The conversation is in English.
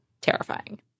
terrifying